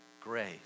grace